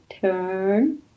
turn